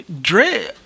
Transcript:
Dre